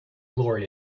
glory